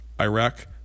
Iraq